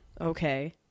okay